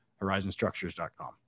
horizonstructures.com